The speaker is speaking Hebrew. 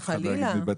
אף אחד לא אומר את זה.